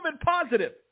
positive